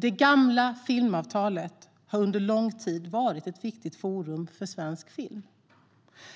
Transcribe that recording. Det gamla filmavtalet har under lång tid varit ett viktigt forum för svensk film,